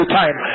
time